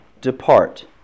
Depart